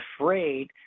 afraid